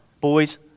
boys